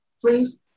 please